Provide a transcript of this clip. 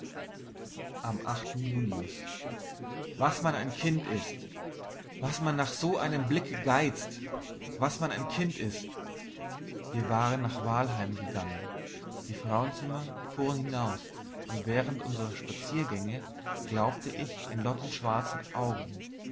am junius was man ein kind ist was man nach so einem blicke geizt was man ein kind ist wir waren nach wahlheim gegangen die frauenzimmer fuhren hinaus und während unserer spaziergänge glaubte ich in lottens schwarzen augen ich